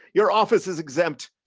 your office is exempt,